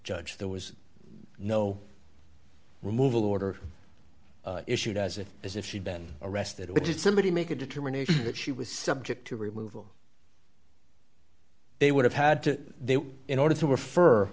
judge there was no removal order issued as it is if she'd been arrested but did somebody make a determination that she was subject to remove them they would have had to in order to refer